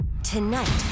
Tonight